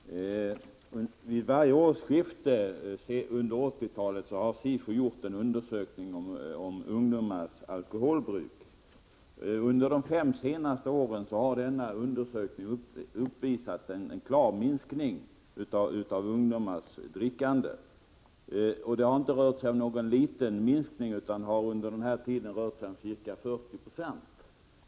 Herr talman! Vid varje årsskifte under 1980-talet har SIFO gjort en undersökning om ungdomarnas alkoholbruk. Under de senaste fem åren har denna undersökning visat på en klar minskning i ungdomarnas drickande. Och det har inte rört sig om någon liten minskning, utan det har under den här tiden rört sig om ca 40 96.